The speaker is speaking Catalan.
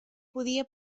podia